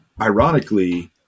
ironically